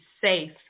safe